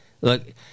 look